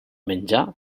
menjar